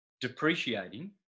depreciating